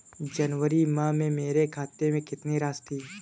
जनवरी माह में मेरे खाते में कितनी राशि थी?